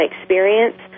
experience